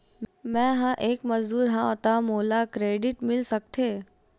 मैं ह एक मजदूर हंव त का मोला क्रेडिट मिल सकथे?